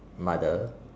mother